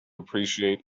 appreciate